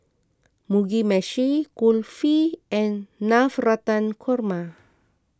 Mugi Meshi Kulfi and Navratan Korma